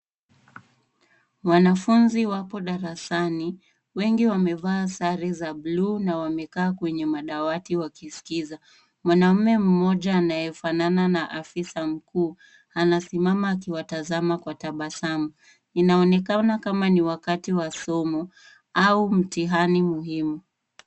Wanafunzi wako darasani wegi wamevaa sare za buluu na wamekaa kwenye madawati wakiskiza. Mwanaume mmoja anayefanana na afisa mkuu anasimama akiwatazama kwa tabasamu. Inaonekana kama ni wakati wa somo au mtihani muhimu.